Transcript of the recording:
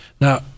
Now